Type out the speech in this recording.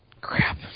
Crap